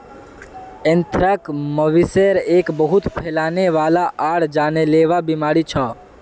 anthrax, मवेशिर एक बहुत फैलने वाला आर जानलेवा बीमारी छ